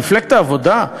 אבל מפלגת העבודה?